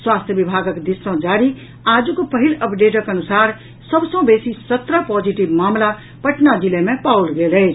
स्वास्थ्य विभागक दिस सँ जारी आजुक पहिल अपडेटक अनुसार सभ सँ बेसी सत्रह पॉजिटिव मामिला पटना जिला मे पाओल गेल अछि